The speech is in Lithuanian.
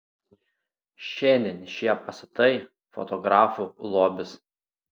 šiandien šie pastatai fotografų lobis